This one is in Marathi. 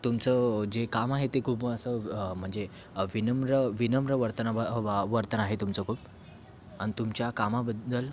तुमचं जे काम आहे ते खूप असं म्हणजे विनम्र विनम्र वर्तना वा वर्तन आहे तुमचं खूप आणि तुमच्या कामाबद्दल